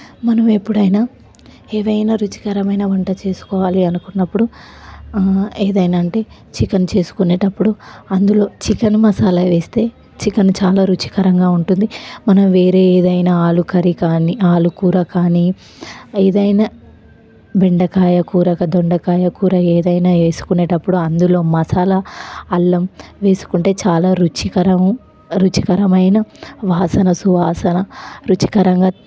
మనం ఎప్పుడైనా ఏదైనా రుచికరమైన వంట చేసుకోవాలి అనుకున్నప్పుడు ఏదైనా అంటే చికెన్ చేసుకునేటప్పుడు అందులో చికెన్ మసాలా వేస్తే చికెన్ చాలా రుచికరంగా ఉంటుంది మన వేరే ఏదైనా ఆలు కర్రీ కానీ ఆలు కూర కానీ ఏదైనా బెండకాయ కూరగా దొండకాయ కూర ఏదైనా వేసుకునేటప్పుడు అందులో మసాలా అల్లం వేసుకుంటే చాలా రుచికరము రుచికరమైన వాసన సువాసన రుచికరంగా